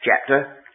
chapter